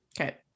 okay